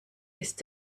ist